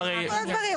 המון דברים.